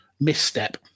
misstep